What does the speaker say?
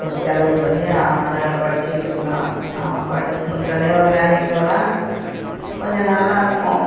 இப்போ செலவு பண்ணி அவன் வேறு படிச்சுக்கிட்டும் இருக்கிறான் அவன் படிச்சுட்டு முடித்தோன்னயே ஒரு வேலைக்கு போனால் கொஞ்சம் நல்லா இருக்கும்